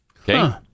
Okay